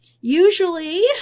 Usually